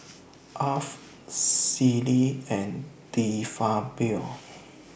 Alf Sealy and De Fabio